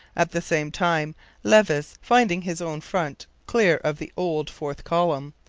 at the same time levis, finding his own front clear of the old fourth column,